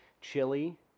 chili